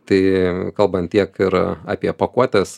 tai kalbant tiek ir apie pakuotes